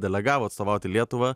delegavo atstovauti lietuvą